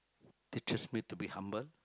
they trust me to be humble